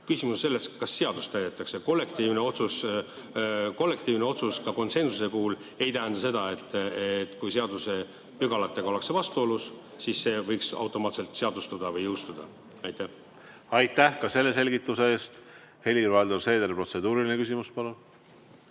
Küsimus on selles, kas seadust täidetakse. Kollektiivne otsus ka konsensuse puhul ei tähenda seda, et kui seadusepügalatega ollakse vastuolus, siis see võiks ikkagi automaatselt seadustuda või jõustuda. Aitäh ka selle selgituse eest! Helir-Valdor Seeder, protseduuriline küsimus, palun!